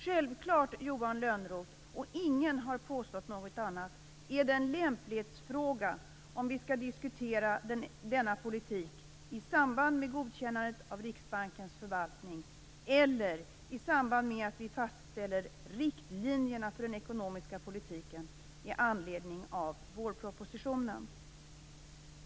Självfallet, Johan Lönnroth - ingen har påstått något annat - är det en lämplighetsfråga om vi skall diskutera denna politik i samband med godkännandet av Riksbankens förvaltning eller i samband med att vi fastställer riktlinjerna för den ekonomiska politiken med anledning av vårpropositionen.